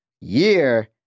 year